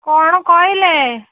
କ'ଣ କହିଲେ